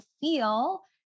feel